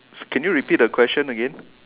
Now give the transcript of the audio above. can you repeat the question again